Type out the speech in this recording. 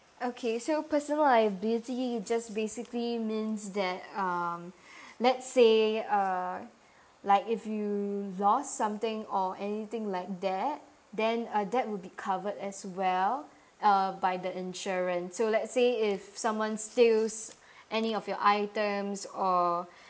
okay so personal liability just basically means that um let's say uh like if you lost something or anything like that then uh that would be covered as well uh by the insurance so let's say if someone steals any of your items or